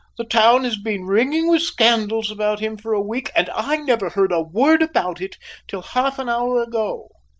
the town has been ringing with scandals about him for a week, and i never heard a word about it till half-an-hour ago.